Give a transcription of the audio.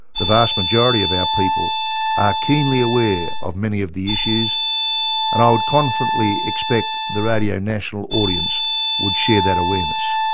the vast majority of our people are keenly aware of many of the issues and i confidently expect the radio national audience would share that awareness.